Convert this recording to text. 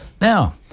Now